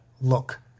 look